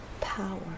power